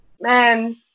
Man